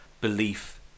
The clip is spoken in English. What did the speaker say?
belief